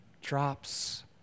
drops